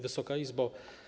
Wysoka Izbo!